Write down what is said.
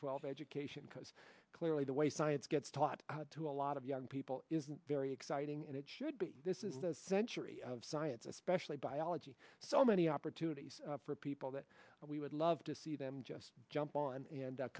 twelve education because clearly the way science gets taught to a lot of young people is very exciting and it should be this is the century of science especially biology so many opportunities for people that we would love to see them just jump on